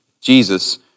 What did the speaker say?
Jesus